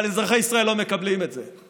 אבל אזרחי ישראל לא מקבלים את זה,